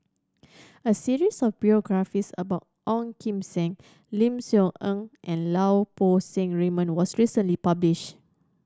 a series of biographies about Ong Kim Seng Lim Soo Ngee and Lau Poo Seng Raymond was recently publish